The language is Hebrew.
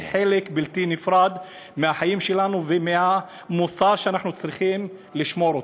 והיא חלק בלתי נפרד מהחיים שלנו ומהמוסר שאנחנו צריכים לשמור אותו,